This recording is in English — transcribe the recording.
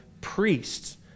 priests